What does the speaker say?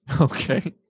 Okay